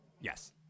Yes